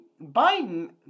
Biden